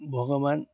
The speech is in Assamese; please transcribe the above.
ভগৱান